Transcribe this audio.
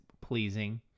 pleasing